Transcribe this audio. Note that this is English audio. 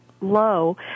low